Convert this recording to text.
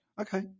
okay